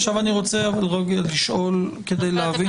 עכשיו אני רוצה רגע לשאול כדי להבין